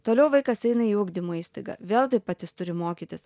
toliau vaikas eina į ugdymo įstaigą vėl taip pat jis turi mokytis